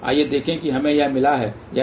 आइए देखें कि हमें वह मिला है या नहीं